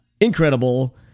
incredible